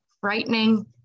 frightening